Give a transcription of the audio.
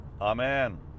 amen